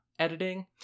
editing